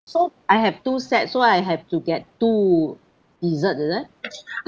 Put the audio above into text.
so I have two set so I have to get two dessert is it